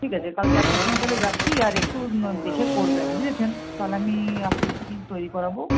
ঠিক আছে কাল চারটার সময় তাহলে যাচ্ছি আর একটু দেখে করবেন বুঝেছেন তাহলে আমি আপনাকে দিয়ে তৈরি করাবো